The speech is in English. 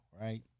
Right